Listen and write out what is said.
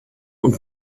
und